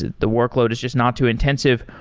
the workload is just not too intensive.